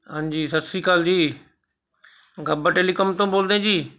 ਹਾਂਜੀ ਸਤਿ ਸ਼੍ਰੀ ਅਕਾਲ ਜੀ ਗਾਬਾ ਟੈਲੀਕਾਮ ਤੋਂ ਬੋਲਦੇ ਜੀ